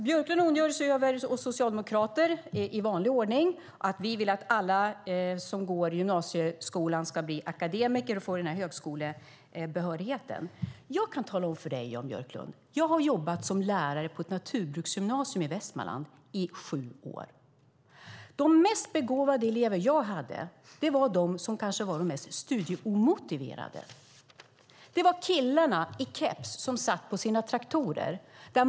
Björklund ondgör sig i vanlig ordning över att vi socialdemokrater vill att alla som går i gymnasieskolan ska bli akademiker och få högskolebehörighet. Jag har jobbat som lärare på ett naturbruksgymnasium i Västmanland i sju år. Jag kan tala om för dig, Jan Björklund, att de mest begåvade elever jag hade var de som kanske var de mest studieomotiverade. Det var killarna i keps som satt på sina traktorer.